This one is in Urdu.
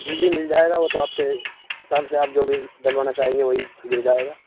جی جی مل جائے گا وہ تو آپ کے حساب سے آپ جو بھی ڈلوانا چاہیں گے وہی مل جائے گا